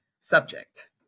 subject